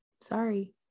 Sorry